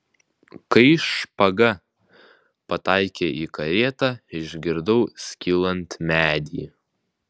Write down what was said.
kai špaga pataikė į karietą išgirdau skylant medį